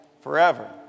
forever